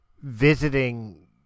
visiting